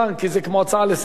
כי זה כמו הצעה לסדר-יום.